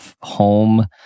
home